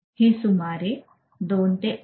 हे सुमारे 2 ते 2